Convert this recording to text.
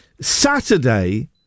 Saturday